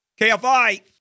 KFI